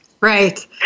Right